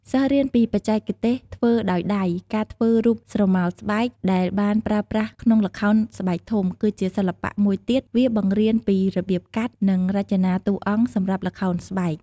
សិស្សរៀនពីបច្ចេកទេសធ្វើដោយដៃ ការធ្វើរូបស្រមោលស្បែក ដែលបានប្រើប្រាស់ក្នុងល្ខោនស្បែកធំ គឺជាសិល្បៈមួយទៀត វាបង្រៀនពីរបៀបកាត់ និងរចនាតួអង្គសម្រាប់ល្ខោនស្បែក។